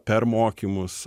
per mokymus